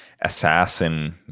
assassin